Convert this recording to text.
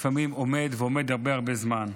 ולפעמים הרבה הרבה זמן.